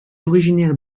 originaire